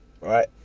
Right